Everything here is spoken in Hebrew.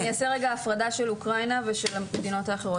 אני אעשה הפרדה בין אוקראינה למדינות האחרות.